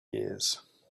years